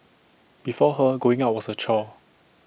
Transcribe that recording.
before her going out was A chore